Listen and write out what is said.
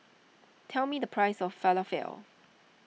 tell me the price of Falafel